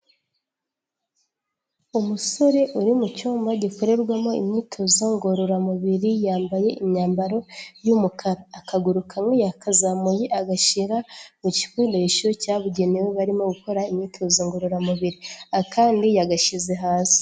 Umusore uri mu cyumba gikorerwamo imyitozo ngororamubiri, yambaye imyambaro y'umukara. Akaguru kamwe yakazamuye agashyira ku gikoresho cyabugenewe barimo gukora imyitozo ngororamubiri. Akandi yagashyize hasi.